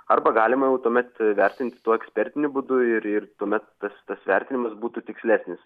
arba galima jau tuomet vertinti tuo ekspertiniu būdu ir ir tuomet tas tas vertinimas būtų tikslesnis